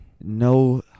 No